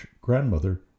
grandmother